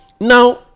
now